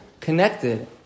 connected